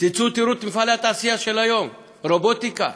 תצאו ותראו את מפעלי התעשייה של היום: רובוטיקה,